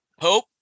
Hope